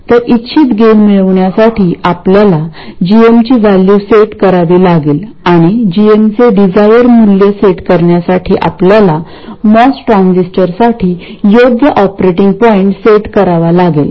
तर इच्छित गेन मिळवण्यासाठी आपल्याला gm ची व्हॅल्यू सेट करावी लागेल आणि gm चे डिझायर मूल्य सेट करण्यासाठी आपल्याला मॉस ट्रान्झिस्टरसाठी योग्य ऑपरेटिंग पॉईंट सेट करावा लागेल